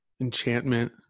enchantment